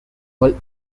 whole